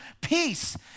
peace